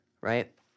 right